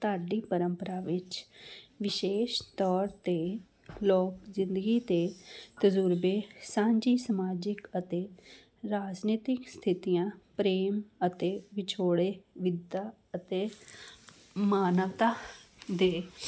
ਢਾਡੀ ਪਰੰਪਰਾ ਵਿੱਚ ਵਿਸ਼ੇਸ਼ ਤੌਰ 'ਤੇ ਲੋਕ ਜ਼ਿੰਦਗੀ ਦੇ ਤਜੁਰਬੇ ਸਾਂਝੀ ਸਮਾਜਿਕ ਅਤੇ ਰਾਜਨੀਤਿਕ ਸਥਿਤੀਆਂ ਪ੍ਰੇਮ ਅਤੇ ਵਿਛੋੜੇ ਵਿਧਾ ਅਤੇ ਮਾਨਵਤਾ ਦੇ